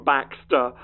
Baxter